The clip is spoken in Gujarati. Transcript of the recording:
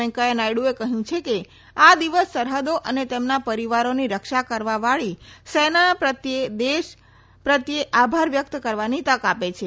વૈકૈયા નાયડુએ કહયું કે આ દિવસ સરહદો અને તેમના પરીવારોની રક્ષા કરવાવાળી સેનાના પ્રત્યે દેશ પ્રત્યે આભાર વ્યકત કરવાની તક આપે છે